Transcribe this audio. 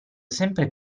sempre